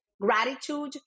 gratitude